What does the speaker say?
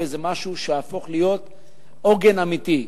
זה משהו שיהפוך להיות עוגן אמיתי.